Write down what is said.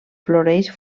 floreix